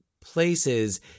places